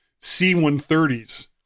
C-130s